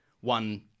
one